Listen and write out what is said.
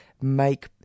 make